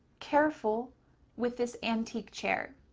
careful with this antique chair.